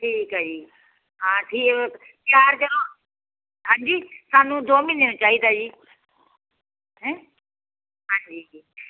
ਠੀਕ ਆ ਜੀ ਹਾਂ ਠੀਕ ਤਿਆਰ ਜਦੋਂ ਹਾਂਜੀ ਸਾਨੂੰ ਦੋ ਮਹੀਨੇ ਨੂੰ ਚਾਹੀਦਾ ਜੀ ਹੈ ਹਾਂਜੀ ਜੀ